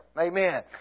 Amen